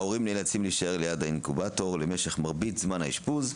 ההורים נאלצים להישאר ליד האינקובטור למשך מרבית זמן האשפוז,